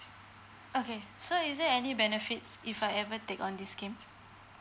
okay so is there any benefits if I ever take on this scheme